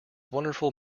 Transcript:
wonderful